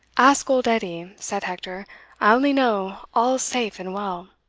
ask old edie, said hector only know all's safe and well.